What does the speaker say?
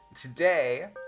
Today